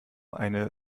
eine